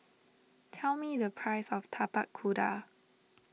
tell me the price of Tapak Kuda